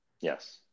Yes